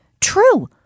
true